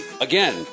Again